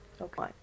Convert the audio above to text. okay